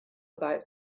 about